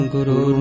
Guru